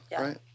Right